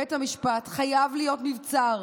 בית המשפט חייב להיות מבצר,